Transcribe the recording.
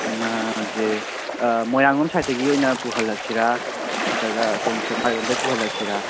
ꯊꯝꯅꯥꯁꯦ ꯃꯣꯏꯔꯥꯡꯂꯣꯝ ꯁꯥꯏꯠꯇꯒꯤ ꯑꯣꯏꯅ ꯄꯨꯈꯠꯂꯛꯁꯤꯔ ꯅꯠꯇ꯭ꯔꯒ ꯑꯁꯣꯝ ꯁꯦꯛꯃꯥꯏꯔꯣꯝꯗꯩ ꯄꯨꯍꯜꯂꯛꯁꯤꯔ